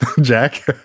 Jack